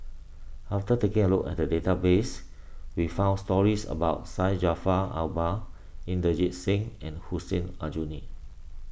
after taking a look at the database we found stories about Syed Jaafar Albar Inderjit Singh and Hussein Aljunied